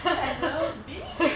chandler bing